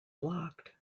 blocked